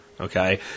okay